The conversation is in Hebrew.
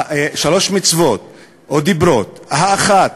שלוש מצוות או דיברות: האחת,